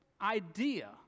idea